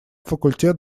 факультет